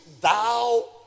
thou